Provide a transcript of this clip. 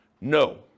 No